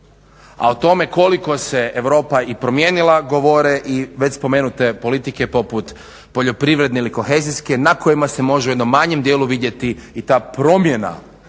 A o tome koliko se Europa i promijenila govore i već spomenute politike poput poljoprivredne ili kohezijske na kojima se može u jednom manjem dijelu vidjeti i ta promjena